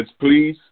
please